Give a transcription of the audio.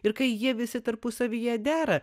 ir kai jie visi tarpusavyje dera